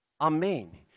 amen